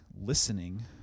listening